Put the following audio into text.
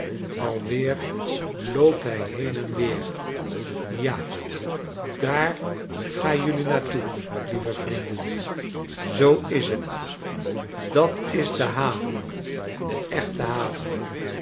weer loopt hij heen en weer ja daar ga jelui naar toe lieve vrienden zoo is t dat s de haven de echte haven